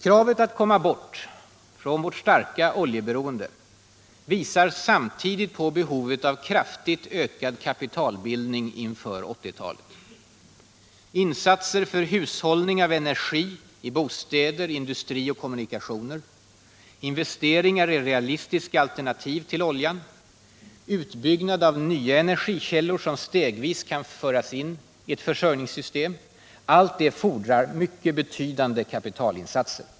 Kravet att komma bort från vårt starka oljeberoende visar samtidigt på behovet av kraftigt ökad kapitalbildning inför 1980-talet. Insatser för hushållning med energi i bostäder, industrier och kommunikationer, investeringar i realistiska alternativ till oljan, utbyggnad av nya energikällor som stegvis kan föras in i ett försörjningssystem — allt detta fordrar mycket betydande kapitalinsatser.